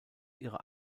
ihrer